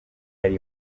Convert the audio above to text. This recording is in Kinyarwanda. yari